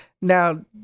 Now